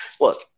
Look